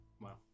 Wow